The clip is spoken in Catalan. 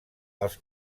els